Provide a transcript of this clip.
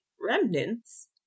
remnants